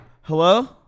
Hello